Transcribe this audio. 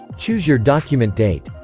choose your document date